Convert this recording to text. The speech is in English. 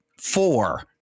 four